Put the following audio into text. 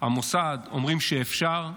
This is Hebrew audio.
המוסד, אומרים שאפשר.